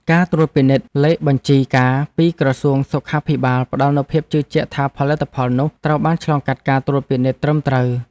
ការត្រួតពិនិត្យលេខបញ្ជីកាពីក្រសួងសុខាភិបាលផ្តល់នូវភាពជឿជាក់ថាផលិតផលនោះត្រូវបានឆ្លងកាត់ការត្រួតពិនិត្យត្រឹមត្រូវ។